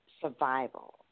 survival